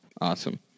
Awesome